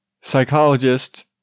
psychologist